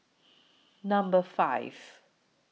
Number five